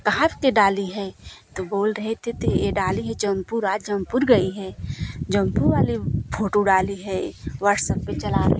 कहाँ के डाली है तो बोल रहे थे त यह डाली है जौनपुर आज जौनपुर गई है जौनपुर वाली फोटू डाली है व्हाट्सअप पर चला रही है